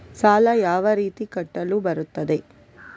ಸಾಲ ಯಾವ ರೀತಿ ಕಟ್ಟಲು ಬರುತ್ತದೆ?